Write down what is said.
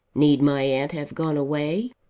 need my aunt have gone away?